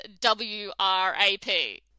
W-R-A-P